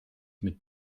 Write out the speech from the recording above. mit